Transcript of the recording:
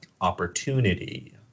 opportunity